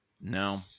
No